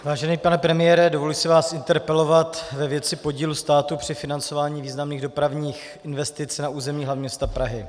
Vážený pane premiére, dovoluji si vás interpelovat ve věci podílu státu při financování významných dopravních investic na území hlavního města Prahy.